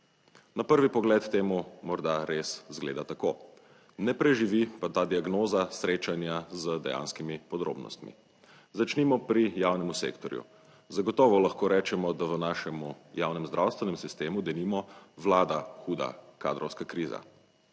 Na prvi pogled temu morda res zgleda tako. Ne preživi pa ta diagnoza srečanja z dejanskimi podrobnostmi. Začnimo pri javnem sektorju. Zagotovo lahko rečemo, da v našem javnem zdravstvenem sistemu denimo vlada huda kadrovska kriza,